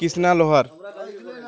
কৃষ্ণা লোহার